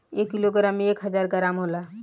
एक किलोग्राम में एक हजार ग्राम होला